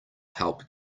help